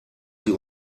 sie